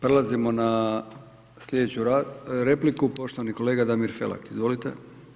Prelazimo na slijedeću repliku, poštovani kolega Damir Felak, izvolite.